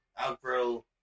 outgrow